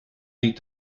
die